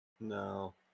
No